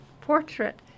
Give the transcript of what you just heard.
portrait